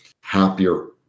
happier